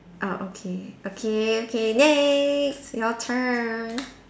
oh okay okay okay okay next your turn